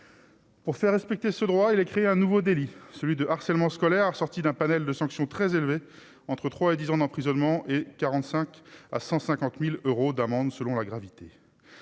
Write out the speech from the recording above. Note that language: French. Pour faire respecter ce droit, il a créé un nouveau délit : celui de harcèlement scolaire a ressorti d'un panel de sanctions très élevé entre 3 et 10 ans d'emprisonnement et 45 à 150000 euros d'amende selon la gravité,